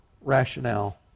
rationale